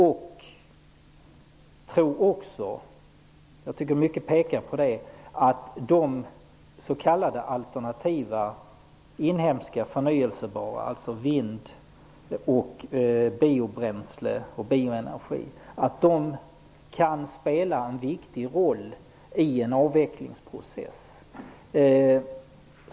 Jag tycker också att mycket pekar på att de s.k. det gäller vindkraft och bioenergi -- kan spela en viktig roll i en avvecklingsprocess.